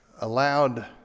allowed